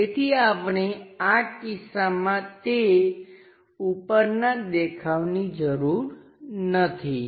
તેથી આપણે આ કિસ્સામાં તે ઉપરના દેખાવની જરૂર નથી